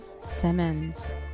Simmons